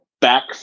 back